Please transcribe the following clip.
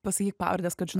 pasakyk pavardes kad